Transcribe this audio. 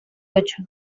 ocho